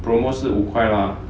promo 是五块 lah